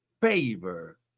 favor